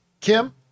Kim